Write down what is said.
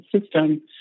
system